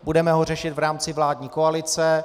Budeme ho řešit v rámci vládní koalice.